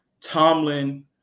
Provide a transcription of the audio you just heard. Tomlin